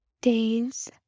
days